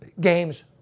games